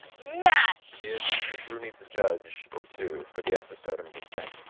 matt! if if ru needs a judge, or two, for the episode, i'm just saying.